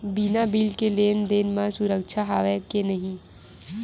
बिना बिल के लेन देन म सुरक्षा हवय के नहीं?